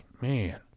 man